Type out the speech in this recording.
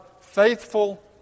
faithful